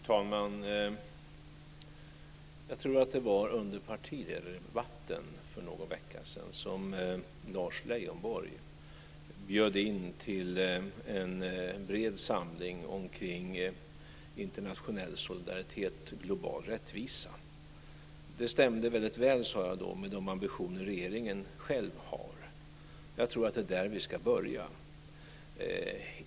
Fru talman! Jag tror att det var under partiledardebatten för någon vecka sedan som Lars Leijonborg bjöd in till en bred samling omkring internationell solidaritet och global rättvisa. Det stämde väldigt väl, sade jag då, med de ambitioner regeringen själv har. Jag tror att det är där vi ska börja.